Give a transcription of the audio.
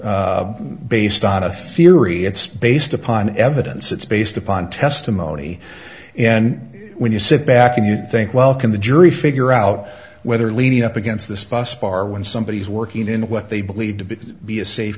animation based on a theory it's based upon evidence it's based upon testimony and when you sit back and you think welcome the jury figure out whether leaning up against this bus bar when somebody is working in what they believe to be a safe